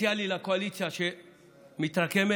הפוטנציאלי לקואליציה שמתרקמת,